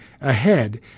ahead